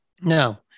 no